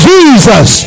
Jesus